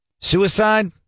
Suicide